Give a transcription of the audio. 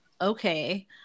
okay